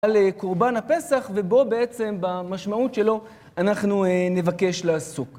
על קורבן הפסח ובו בעצם במשמעות שלו אנחנו נבקש לעסוק.